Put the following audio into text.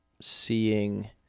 seeing